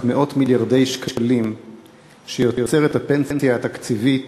מאות-מיליארדי שקלים שיוצרת הפנסיה התקציבית